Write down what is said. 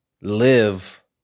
live